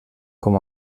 com